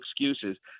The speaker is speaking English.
excuses